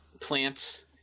plants